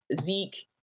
zeke